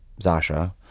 Zasha